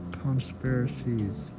conspiracies